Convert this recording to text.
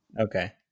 Okay